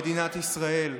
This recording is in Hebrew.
מדינת ישראל.